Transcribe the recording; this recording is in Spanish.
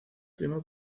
primo